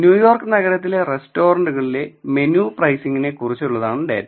New York നഗരത്തിലെ റെസ്റ്റോറന്റുകളിലെ menu പ്രൈസിംഗിനെ കുറിച്ചുള്ളതാണ് ഡേറ്റ